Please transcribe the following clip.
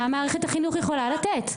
מה מערכת החינוך יכולה לתת?